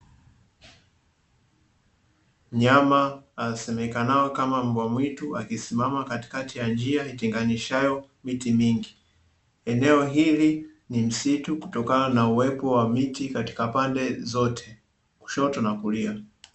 Mnyama asemekanayo kama mbwamwitu akisimama katikati ya njia itengenishayo miti mingi. Eneo hili ni msitu kutokana na uwepo wa miti katika pande zote kushoto na kulia.